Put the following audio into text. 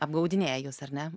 apgaudinėja jus ar ne